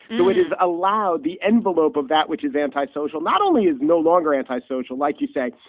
so it is allowed. the envelope of that, which is anti-social, not only is no longer anti-social, like you say,